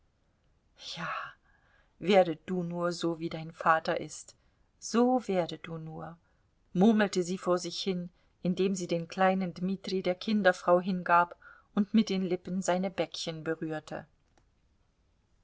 ja werde du nur so wie dein vater ist so werde du nur murmelte sie vor sich hin indem sie den kleinen dmitri der kinderfrau hingab und mit den lippen sein bäckchen berührte